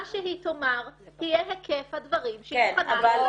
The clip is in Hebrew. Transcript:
מה שהיא תאמר יהיה היקף הדברים שהיא מוכנה לחשוף.